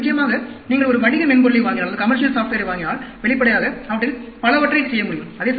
மேலும் நிச்சயமாக நீங்கள் ஒரு வணிக மென்பொருளை வாங்கினால் வெளிப்படையாக அவற்றில் பலவற்றைச் செய்ய முடியும்